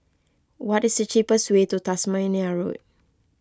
what is the cheapest way to Tasmania Road